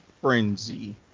frenzy